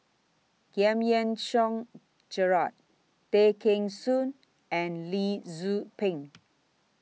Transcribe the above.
Giam Yean Song Gerald Tay Kheng Soon and Lee Tzu Pheng